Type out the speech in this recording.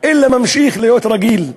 אלא ממשיך כרגיל.